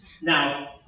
now